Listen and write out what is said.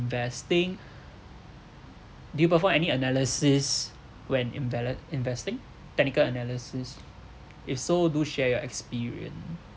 investing do you perform any analysis when invalid~ investing technical analysis if so do share your experience